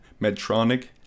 Medtronic